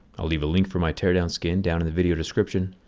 i'll leave a link for my teardown skin down in the video description,